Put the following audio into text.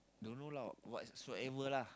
don't know lah whatsoever lah